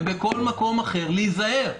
ובכל מקום אחר להיזהר.